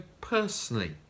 personally